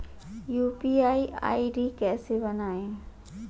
UPI ID कैसे बनाएं?